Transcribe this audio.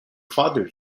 father